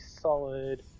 solid